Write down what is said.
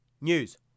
News